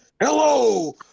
Hello